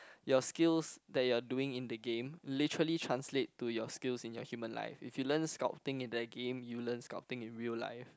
your skills that you are doing in the game literally translate to your skills in your human life if you learn scouting in that game you learn scouting in real life